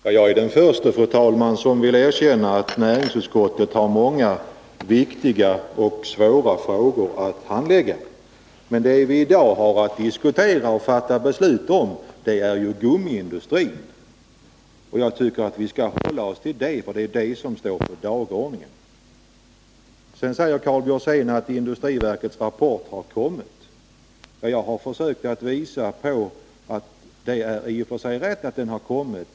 Fru talman! Jag är den förste att erkänna att näringsutskottet har många viktiga och svåra frågor att handlägga. Men vad vi i dag har att diskutera och fatta beslut om gäller gummiindustrin. Jag tycker alltså att vi skall hålla oss till den fråga som står på dagordningen. Karl Björzén talade om vad som står om bl.a. gummiindustrin i industriverkets senaste rapport.